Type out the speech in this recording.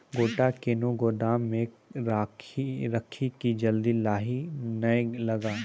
गोटा कैनो गोदाम मे रखी की जल्दी लाही नए लगा?